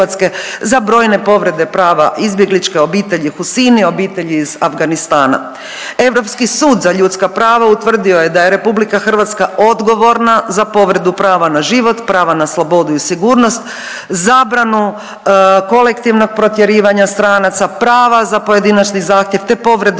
RH za brojne povrede prava izbjegličke obitelji Huseini, obitelji iz Afganistana. Europski sud za ljudska prava utvrdio je da je RH odgovorna za povredu prava na život, prava na slobodu i sigurnost, zabranu, kolektivnog protjerivanja stranaca, prava za pojedinačni zahtjev, te povredu